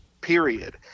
period